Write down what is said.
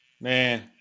Man